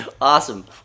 awesome